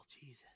Jesus